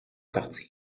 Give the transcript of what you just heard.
partir